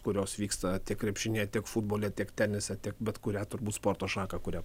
kurios vyksta tiek krepšinyje tiek futbole tiek tenise tiek bet kurią turbūt sporto šaką kurią